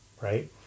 right